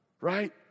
right